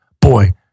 boy